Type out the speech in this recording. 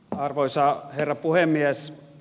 arvoisa herra puhemies